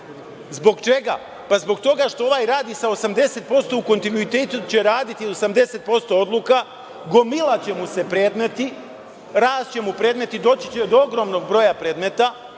Zbog čega? Pa zbog toga što ovaj radi sa 80%, u kontinuitetu će raditi 80% odluka, gomilaće mu se predmeti, rašće mu predmeti, doći će do ogromnog broja predmeta.